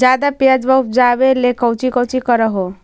ज्यादा प्यजबा उपजाबे ले कौची कौची कर हो?